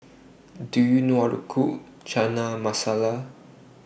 Do YOU know How to Cook Chana Masala